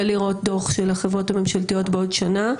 לראות דוח של החברות הממשלתיות בעוד שנה,